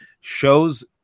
shows